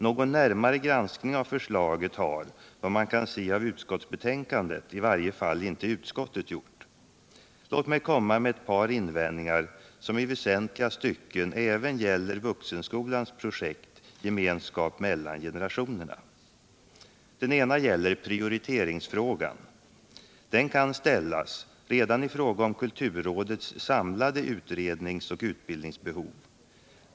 Någon närmare granskning av förslaget har, vad man kan se av utskottsbetänkandet, i varje fall inte utskottet gjort. Låt mig komma med ett par invändningar, som i väsentliga stycken även gäller Vuxenskolans projekt, Gemenskap mellan generationerna. Den ena invändningen avser prioriteringsfrågan. Den kan ställas redan då det gäller kulturrådets samlade utrednings och utvecklingsbehov.